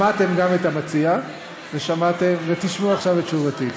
שמעתם גם את המציע ותשמעו עכשיו את תשובתי.